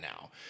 now